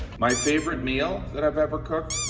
my favorite meal that i've ever cooked,